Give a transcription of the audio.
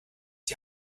die